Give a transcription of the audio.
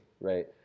right